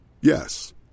Yes